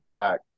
back